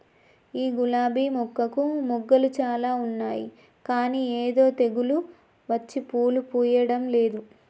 ఈ గులాబీ మొక్కకు మొగ్గలు చాల ఉన్నాయి కానీ ఏదో తెగులు వచ్చి పూలు పూయడంలేదు